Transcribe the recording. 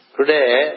Today